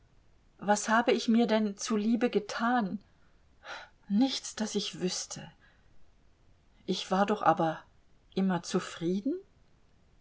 was habe ich mir denn zu liebe getan nichts das ich wüßte ich war doch aber immer zufrieden